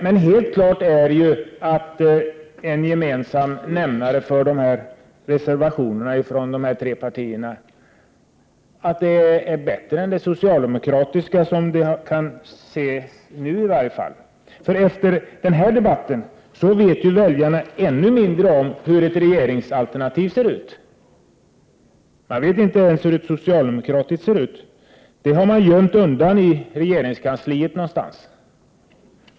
Men det är helt klart att en gemensam nämnare för dessa tre partiers förslag, som framgår av deras reservationer, är att deras alternativ är bättre än det socialdemokratiska — i varje fall som detta ser ut i dag. Efter den här debatten vet ju väljarna ännu mindre om hur ett regeringsalternativ ser ut. De vet inte ens hur ett socialdemokratiskt ser ut. Detta har man gömt någonstans i regeringskansliet.